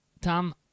Tom